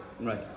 Right